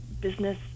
business